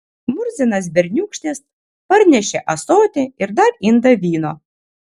murzinas berniūkštis parnešė ąsotį ir dar indą vyno